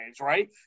right